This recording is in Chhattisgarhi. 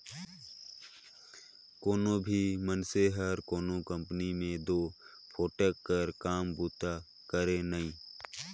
कोनो भी मइनसे हर कोनो कंपनी में दो फोकट कर काम बूता करे नई